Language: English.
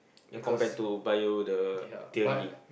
then compared to Bio the theory